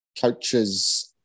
coaches